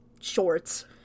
shorts